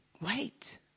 Wait